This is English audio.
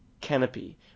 canopy